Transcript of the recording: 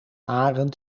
arend